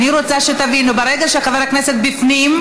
אני רוצה שתבינו: ברגע שחבר הכנסת בפנים,